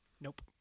Nope